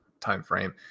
timeframe